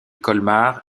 colmar